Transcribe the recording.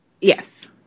Yes